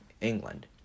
England